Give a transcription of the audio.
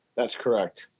that's correct.